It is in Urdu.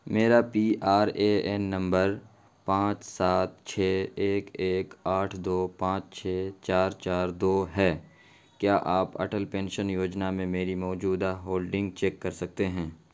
میرا P R A N number پانچ سات چھ ایک ایک آٹھ دو پانچ چھ چار چار دو ہے کیا آپ اٹل پینشن یوجنا میں میری موجودہ ہولڈنگ چیک کر سکتے ہیں